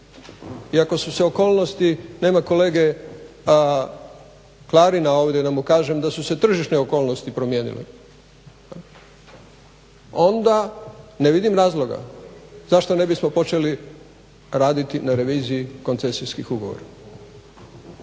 i ako su se okolnosti, nema kolege Klarina ovdje da mu kažem, da su se tržišne okolnosti promijenile. Onda ne vidim razloga zašto ne bismo počeli raditi na reviziji koncesijskih ugovora.